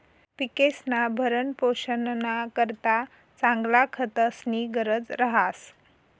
पिकेस्ना भरणपोषणना करता चांगला खतस्नी गरज रहास